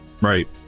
right